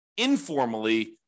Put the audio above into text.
Informally